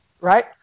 Right